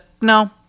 no